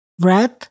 red